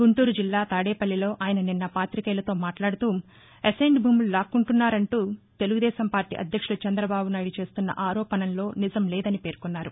గుంటూరు జిల్లా తాడేపల్లిలో ఆయన నిన్న పాతికేయులతో మాట్లాదుతూఅసైన్ల్ భూములు లాక్కుంటున్నారంటూ తెలుగుదేశం పార్టీ అధ్యక్షులు చంద్రబాబునాయుడు చేస్తున్న ఆరోపణల్లో నిజం లేదని పేర్కొన్నారు